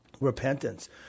repentance